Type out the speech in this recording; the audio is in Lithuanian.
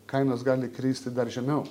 kainos gali kristi dar žemiau